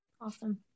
Awesome